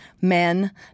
men